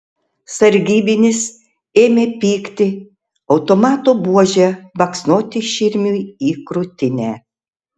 sargybinis ėmė pykti automato buože baksnoti širmiui į krūtinę